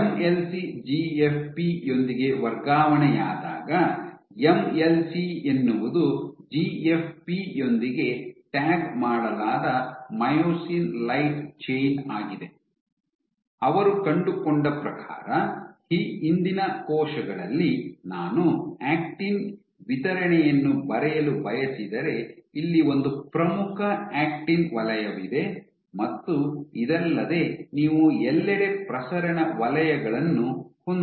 M L C G F P ಯೊಂದಿಗೆ ವರ್ಗಾವಣೆಯಾದಾಗ M L C ಎನ್ನುವುದು ಜಿಎಫ್ಪಿ ಯೊಂದಿಗೆ ಟ್ಯಾಗ್ ಮಾಡಲಾದ ಮೈಯೋಸಿನ್ ಲೈಟ್ ಚೈನ್ ಆಗಿದೆ ಅವರು ಕಂಡುಕೊಂಡ ಪ್ರಕಾರ ಈ ಹಿಂದಿನ ಕೋಶಗಳಲ್ಲಿ ನಾನು ಆಕ್ಟಿನ್ ವಿತರಣೆಯನ್ನು ಬರೆಯಲು ಬಯಸಿದರೆ ಇಲ್ಲಿ ಒಂದು ಪ್ರಮುಖ ಆಕ್ಟಿನ್ ವಲಯವಿದೆ ಮತ್ತು ಇದಲ್ಲದೆ ನೀವು ಎಲ್ಲೆಡೆ ಪ್ರಸರಣ ವಲಯಗಳನ್ನು ಹೊಂದಿದ್ದೀರಿ